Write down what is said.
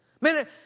Man